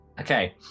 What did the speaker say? Okay